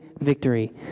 victory